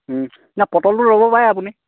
নহয় পটলটো ল'ব পাৰে আপুনি